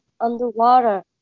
underwater